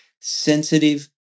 sensitive